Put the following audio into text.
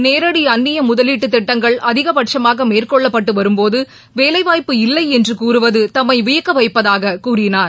நேரடி அந்நிய முதலீட்டு திட்டங்கள் அதிகபட்சுமாக மேற்கொள்ப்பட்டு வரும்போது வேலைவாய்ப்பு இல்லை என்று கூறுவது தம்மை வியக்கவைப்பதாக அவர் கூறினார்